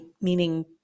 meaning